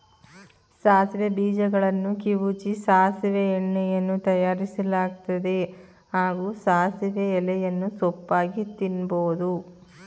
ಸಾಸಿವೆ ಬೀಜಗಳನ್ನು ಕಿವುಚಿ ಸಾಸಿವೆ ಎಣ್ಣೆಯನ್ನೂ ತಯಾರಿಸಲಾಗ್ತದೆ ಹಾಗೂ ಸಾಸಿವೆ ಎಲೆಯನ್ನು ಸೊಪ್ಪಾಗಿ ತಿನ್ಬೋದು